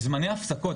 זמני ההפסקות,